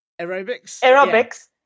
Aerobics